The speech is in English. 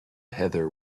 heather